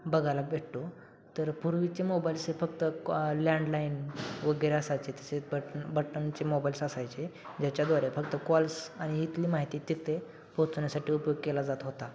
बघायला भेटतो तर पूर्वीचे मोबाईल्सचे फक्त कॉ लँडलाईन वगैरे असायचे तसेच बट बटनचे मोबाईल्स असायचे ज्याच्याद्वारे फक्त कॉल्स आणि इथली माहिती तिथे पोहोचवण्यासाठी उपयोग केला जात होता